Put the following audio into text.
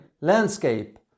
landscape